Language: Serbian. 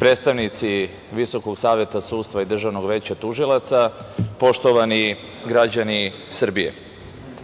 predstavnici VSS i Državnog veća tužilaca, poštovani građani Srbije,